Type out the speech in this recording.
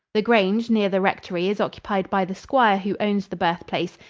the grange, near the rectory, is occupied by the squire who owns the birthplace,